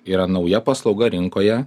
yra nauja paslauga rinkoje